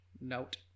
Note